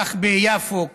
כך ביפו,